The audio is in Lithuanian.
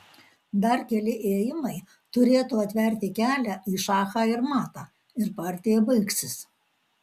dar keli ėjimai turėtų atverti kelią į šachą ir matą ir partija baigsis